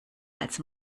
als